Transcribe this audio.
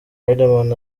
riderman